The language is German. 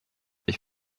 ich